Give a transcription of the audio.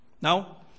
Now